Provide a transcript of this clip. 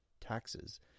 taxes